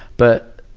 but,